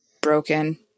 broken